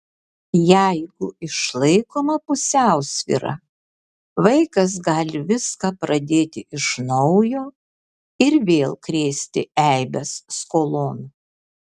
jeigu išlaikoma pusiausvyra vaikas gali viską pradėti iš naujo ir vėl krėsti eibes skolon